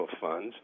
funds